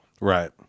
Right